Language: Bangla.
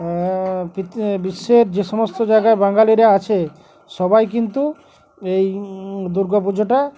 বিশ্বের যে সমস্ত জায়গায় বাঙালিরা আছে সবাই কিন্তু এই দুর্গা পুজোটা